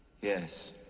Yes